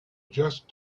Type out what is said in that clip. just